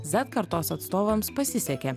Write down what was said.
zet kartos atstovams pasisekė